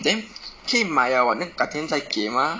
then 可以买了 [what] then 改天再给 mah